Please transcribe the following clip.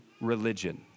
religion